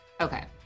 Okay